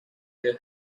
their